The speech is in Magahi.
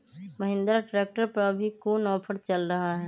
महिंद्रा ट्रैक्टर पर अभी कोन ऑफर चल रहा है?